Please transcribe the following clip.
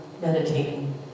meditating